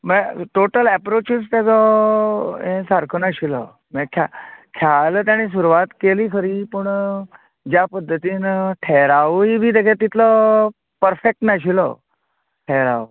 म्हळ्यार टोटल एप्रोचच तेजो यें सारको नाशिल्लो म्हळ्यार ख्यान खयालान तेणी सुरवात केली खरी पूण ज्या पध्दतीन ठेरावूय बी तेगेलो तितलो परफेक्ट नाशिल्लो ठेराव